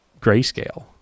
grayscale